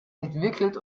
entwickelt